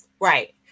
Right